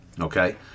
okay